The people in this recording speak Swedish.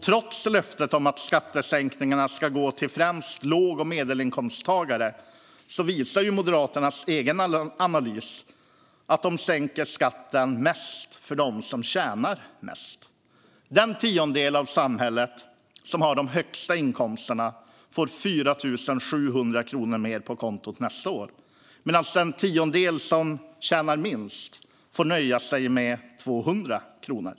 Trots löftet om att skattesänkningarna främst ska gå till låg och medelinkomsttagare visar Moderaternas egen analys att man sänker skatten mest för dem som tjänar mest. Den tiondel av samhället som har de högsta inkomsterna får 4 700 kronor mer på kontot nästa år medan den tiondel som tjänar minst får nöja sig med 200 kronor.